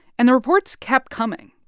and the reports kept coming,